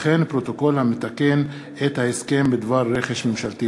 פרוטוקול המתקן את ההסכם בדבר רכש ממשלתי.